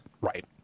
right